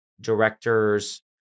directors